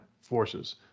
forces